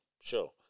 sure